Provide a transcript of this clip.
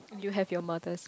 you have your mother's